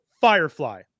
Firefly